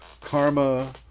karma